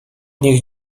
nich